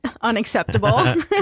unacceptable